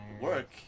work